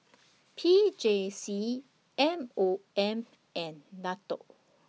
P J C M O M and NATO